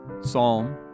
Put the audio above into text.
Psalm